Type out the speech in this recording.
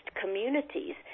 communities